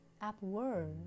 upward